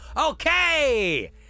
Okay